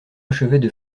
achevaient